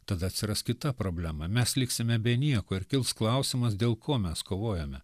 tada atsiras kita problema mes liksime be nieko ir kils klausimas dėl ko mes kovojome